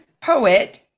poet